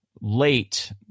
late